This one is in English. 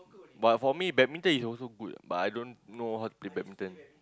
but for me badminton is also good but I don't know how to play badminton